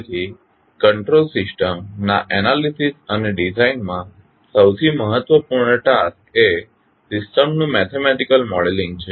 તેથી control system ના analysis અને ડિઝાઇન માં સૌથી મહત્વપૂર્ણ ટાસ્ક એ સિસ્ટમનું મેથેમેટીકલ મોડેલિંગ છે